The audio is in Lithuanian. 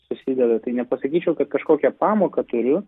susideda nepasakyčiau kad kažkokią pamoką turiu